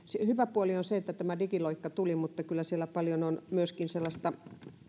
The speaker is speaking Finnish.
hyvä puoli on se että tämä digiloikka tuli mutta kyllä siellä paljon on myöskin sellaista